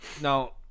Now